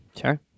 Sure